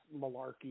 malarkey